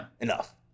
enough